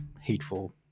hateful